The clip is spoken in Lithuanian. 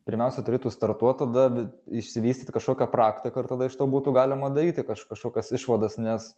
pirmiausia turėtų startuot tada vi išsivystyt kažkokia praktika ir tada iš to būtų galima daryti kaž kažkokias išvadas nes